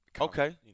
Okay